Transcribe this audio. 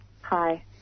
Hi